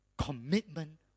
commitment